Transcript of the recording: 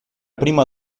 prima